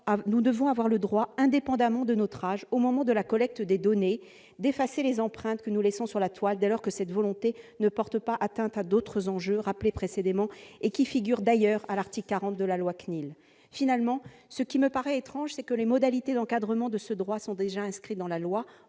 Nous devons avoir le droit, indépendamment de notre âge au moment de la collecte des données, d'effacer les empreintes que nous laissons sur la toile, dès lors que cette volonté ne porte pas atteinte à d'autres enjeux rappelés précédemment et qui figurent, d'ailleurs, à l'article 40 de la loi Informatique et libertés. En définitive, ce qui me paraît étrange, c'est que les modalités d'encadrement de ce droit sont déjà inscrites dans la loi.